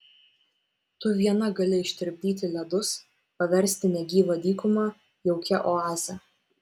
tu viena gali ištirpdyti ledus paversti negyvą dykumą jaukia oaze